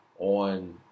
on